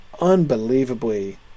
unbelievably